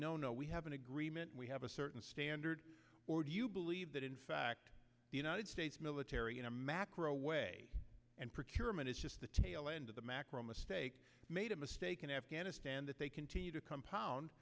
no no we have an agreement we have a certain standard or do you believe that in fact the united states military in a macro way and your mind is just the tail end of the macro mistake made a mistake in afghanistan that they continue to compound